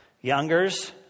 Youngers